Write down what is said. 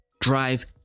drive